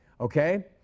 okay